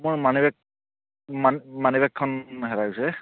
মোৰ money bag মান money বেগখন হেৰাইছে